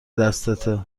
دستته